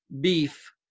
beef